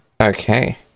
Okay